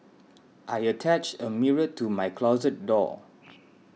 I attached a mirror to my closet door